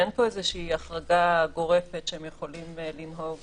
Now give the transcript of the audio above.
אין פה איזושהי החרגה גורפת שהם יכולים לנהוג